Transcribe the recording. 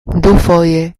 dufoje